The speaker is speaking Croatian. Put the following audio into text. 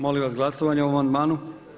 Molim vas glasovanje o amandmanu.